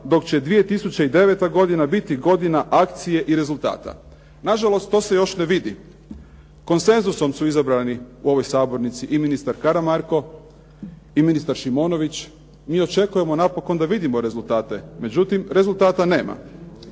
dok će 2009. godina biti godina akcije i rezultata. Nažalost to se još ne vidi. Konsenzusom su izabrani u ovoj sabornici i ministar Karamarko i ministar Šimonović. Mi očekujemo napokon da vidimo rezultate, međutim rezultata nema.